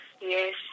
Yes